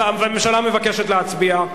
הממשלה מבקשת להצביע.